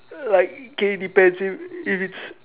like okay it depends if if it's